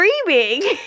screaming